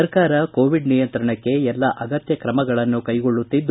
ಸರ್ಕಾರ ಕೋವಿಡ್ ನಿಯಂತ್ರಣಕ್ಕೆ ಎಲ್ಲ ಅಗತ್ತ ಕ್ರಮಗಳನ್ನು ಕೈಗೊಳ್ಳುತ್ತಿದೆ